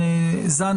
זמן